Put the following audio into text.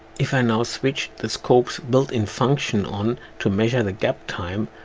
if i now switch the scopes built-in function on to measure the gap time,